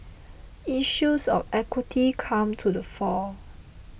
issues of equity come to the fore